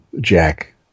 Jack